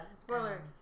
Spoilers